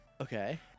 Okay